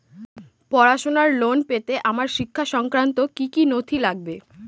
পড়াশুনোর লোন পেতে আমার শিক্ষা সংক্রান্ত কি কি নথি লাগবে?